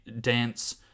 dance